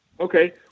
Okay